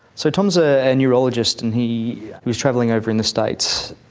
so tom is a and neurologist and he was travelling over in the states,